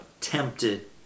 tempted